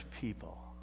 people